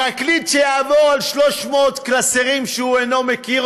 פרקליט שיעבור על 300 קלסרים שהוא אינו מכיר,